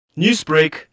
Newsbreak